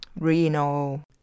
renal